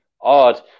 odd